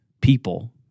people